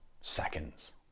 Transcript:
seconds